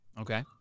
Okay